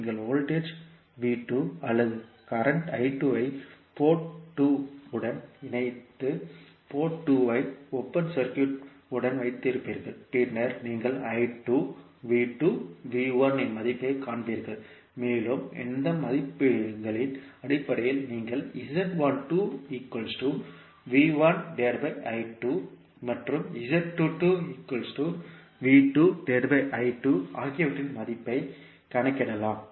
நீங்கள் வோல்ட்டேஜ் அல்லது தற்போதைய ஐ போர்ட் 2 உடன் இணைத்து போர்ட் 2 ஐ ஓபன் சர்க்யூட் உடன் வைத்திருப்பீர்கள் பின்னர் நீங்கள் இன் மதிப்பைக் காண்பீர்கள் மேலும் இந்த மதிப்புகளின் அடிப்படையில் நீங்கள் மற்றும் ஆகியவற்றின் மதிப்பைக் கணக்கிடலாம்